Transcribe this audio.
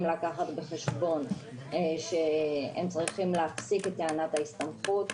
לקחת בחשבון שהם צריכים להפסיק את טענת ההסתמכות,